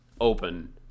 open